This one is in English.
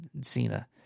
Cena